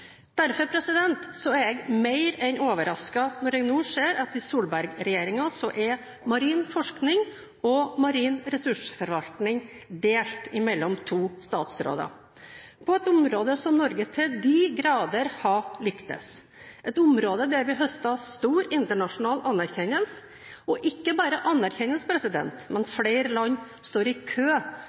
Derfor er jeg mer enn overrasket når jeg nå ser at i Solberg-regjeringen er marin forskning og marin ressursforvaltning delt mellom to statsråder, på et område der Norge til de grader har lyktes, på et område der vi høster stor internasjonal anerkjennelse – og ikke bare anerkjennelse: Flere land står i kø